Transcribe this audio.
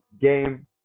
game